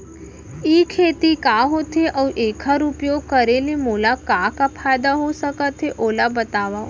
ई खेती का होथे, अऊ एखर उपयोग करे ले मोला का का फायदा हो सकत हे ओला बतावव?